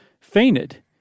fainted